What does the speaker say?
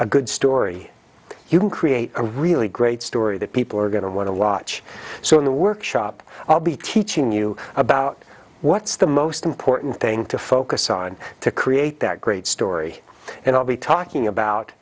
a good story you can create a really great story that people are going to want to watch so in the workshop i'll be teaching you about what's the most important thing to focus on to create that great story and i'll be talking about